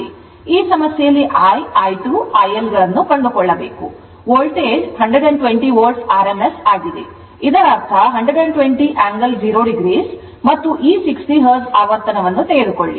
ಈ ಸಮಸ್ಯೆಯಲ್ಲಿ I I2 IL ಗಳನ್ನು ಕಂಡುಕೊಳ್ಳಬೇಕು ವೋಲ್ಟೇಜ್ 120 volt rms ಆಗಿದೆ ಇದರರ್ಥ 120 angle 0o ಮತ್ತು ಈ 60 Hz ಆವರ್ತನವನ್ನು ತೆಗೆದುಕೊಳ್ಳಿ